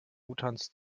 utans